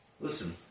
Listen